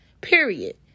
Period